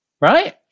right